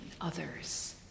others